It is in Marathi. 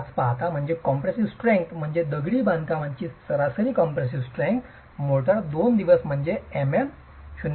5 पाहता म्हणजे कॉम्प्रेसीव स्ट्रेंग्थ म्हणजे दगडी बांधकामाची सरासरी कॉम्प्रेसीव स्ट्रेंग्थ मोर्टार २ days दिवस म्हणजे MM 0